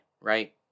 right